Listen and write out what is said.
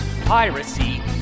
piracy